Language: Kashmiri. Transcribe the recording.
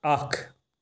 اَکھ